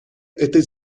этой